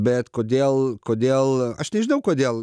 bet kodėl kodėl aš nežinau kodėl